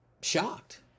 shocked